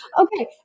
Okay